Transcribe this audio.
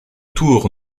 tour